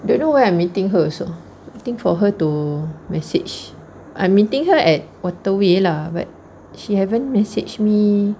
don't know why I'm meeting her also I think for her to message I'm meeting her at waterway lah but she haven't message me